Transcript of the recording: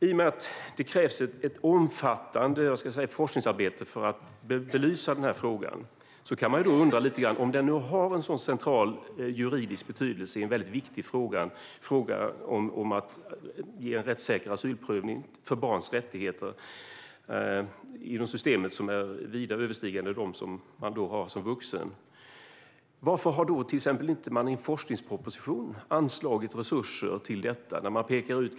I och med att det krävs ett omfattande forskningsarbete för att belysa frågan kan man undra följande. Om metoden har en så central juridisk betydelse för barns rättigheter för att göra en rättssäker asylprövning, som vida överstiger dem en vuxen har, varför har man inte i en forskningsproposition anslagit resurser i frågan?